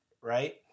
right